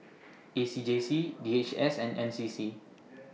A C J C D H S and N C C